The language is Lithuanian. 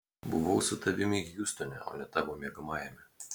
buvau su tavimi hjustone o ne tavo miegamajame